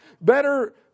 better